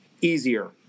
easier